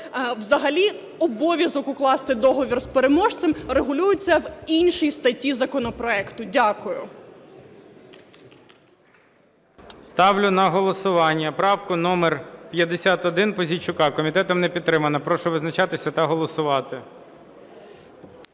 Взагалі обов'язок укласти договір з переможцем регулюється в іншій статті законопроекту. Дякую. ГОЛОВУЮЧИЙ. Ставлю на голосування правку номер 51 Пузійчука. Комітетом не підтримана. Прошу визначатися та голосувати.